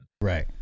right